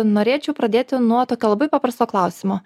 norėčiau pradėti nuo tokio labai paprasto klausimo